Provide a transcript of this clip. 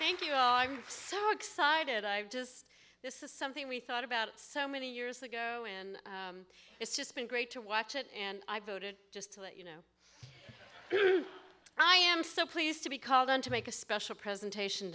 thank you i'm so excited i'm just this is something we thought about so many years ago in it's just been great to watch it and i voted just to let you know who i am so pleased to be called on to make a special presentation